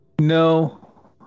No